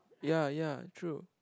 ya ya true